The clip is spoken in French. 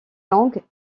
longue